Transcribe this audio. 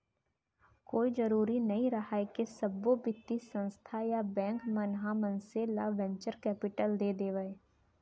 कोई जरुरी नइ रहय के सब्बो बित्तीय संस्था या बेंक मन ह मनसे ल वेंचर कैपिलट दे देवय